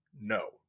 no